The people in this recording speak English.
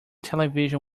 television